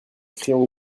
crayons